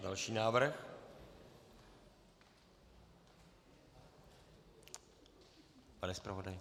Další návrh, pane zpravodaji.